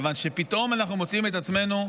מכיוון שפתאום אנחנו מוצאים את עצמנו,